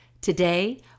Today